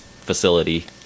facility